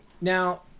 Now